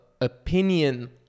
opinion